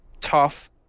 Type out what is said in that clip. Tough